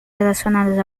relacionadas